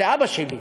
שאבא שלי,